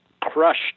crushed